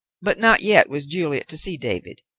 but not yet was juliet to see david.